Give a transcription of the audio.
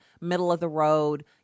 middle-of-the-road